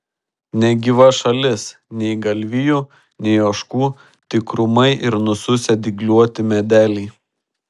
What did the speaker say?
negyva šalis nei galvijų nei ožkų tik krūmai ir nususę dygliuoti medeliai